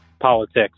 politics